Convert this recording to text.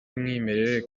w’umwimerere